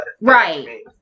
right